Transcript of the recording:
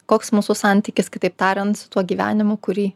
koks mūsų santykis kitaip tariant su tuo gyvenimu kurį